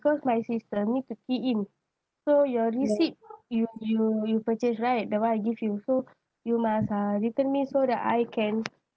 cause my system need to key in so your receipt you you you purchase right that [one] I give you so you must uh return me so that I can